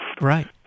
Right